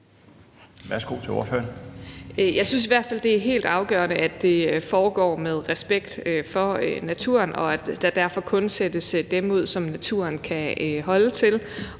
Paulin (S): Jeg synes i hvert fald, det er helt afgørende, at det foregår med respekt for naturen, og at der derfor kun sættes det antal ud, som naturen kan holde til,